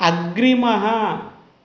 अग्रिमः